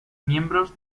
miembros